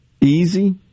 easy